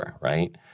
right